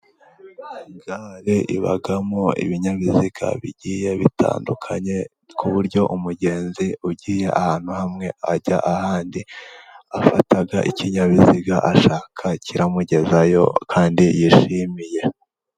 Gare ibamo ibinyabiziga bigiye bitandukanye ku buryo umugenzi ugiye ahantu hamwe ajya ahandi, afata ikinyabiziga ashaka kiramugezayo kandi yishimiye.